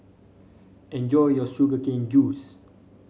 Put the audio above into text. enjoy your Sugar Cane Juice